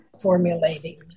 formulating